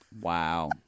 Wow